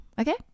okay